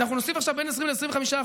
אנחנו נוסיף עכשיו בין 20% ל-25%,